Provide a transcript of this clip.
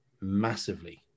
Massively